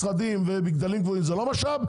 משרדים ומגדלים גבוהים זה לא משאב?